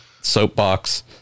soapbox